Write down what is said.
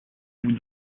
bout